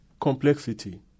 complexity